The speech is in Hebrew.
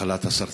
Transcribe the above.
מחלת הסרטן,